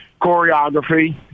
choreography